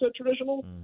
traditional